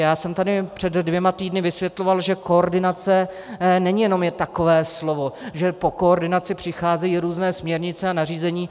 Já jsem tady před dvěma týdny vysvětloval, že koordinace není jenom takové slovo, že po koordinaci přicházejí různé směrnice a nařízení.